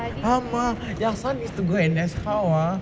ஆமா:aamaa ya sun needs to go to N_S how ah